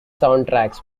soundtracks